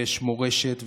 ויש מורשת,